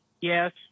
Yes